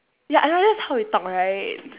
ya I realise how he talk right